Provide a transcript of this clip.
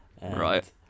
Right